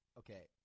okay